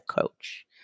coach